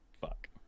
fuck